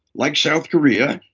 like south korea,